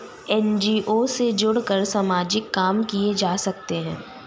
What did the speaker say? NGO से जुड़कर सामाजिक काम किया जा सकता है